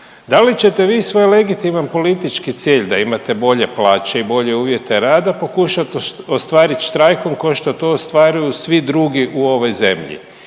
Da li ćete vi svoj legitiman politički cilj da imate bolje plaće i bolje uvjete rada pokušati ostvariti štrajkom ko što to ostvaruju svi drugi u ovoj zemlji